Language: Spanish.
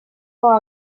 con